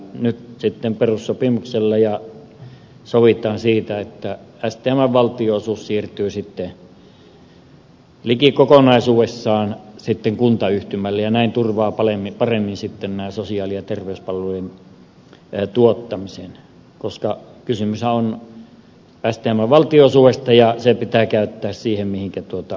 nyt sitten perussopimuksella sovitaan siitä että stmn valtionosuus siirtyy liki kokonaisuudessaan kuntayhtymälle ja näin turvaa paremmin sosiaali ja terveyspalvelujen tuottamisen koska kysymyshän on stmn valtionosuudesta ja se pitää käyttää siihen mihinkä se on tarkoitettu